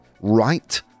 Right